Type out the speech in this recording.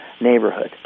Neighborhood